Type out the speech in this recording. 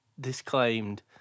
disclaimed